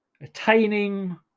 attaining